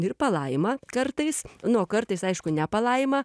ir palaima kartais nu o kartais aišku ne palaima